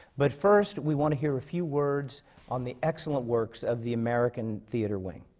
but first, we want to hear a few words on the excellent works of the american theatre wing.